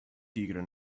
tigra